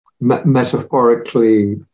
metaphorically